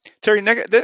Terry